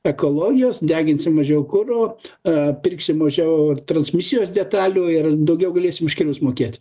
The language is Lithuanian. ekologijos deginsim mažiau kuro a pirksim mažiau transmisijos detalių ir daugiau galėsim už kelius mokėt